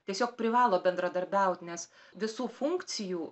tiesiog privalo bendradarbiaut nes visų funkcijų